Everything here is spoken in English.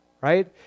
right